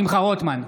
שמחה רוטמן,